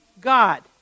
God